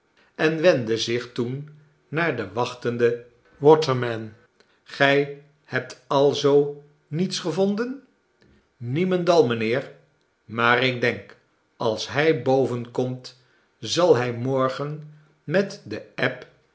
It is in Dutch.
en wendde zich toen naar de wachtende watermen gij hebt alzoo niets gevonden niemendal mijnheer maar ik denk als hij boven komt zal hij morgen met de eb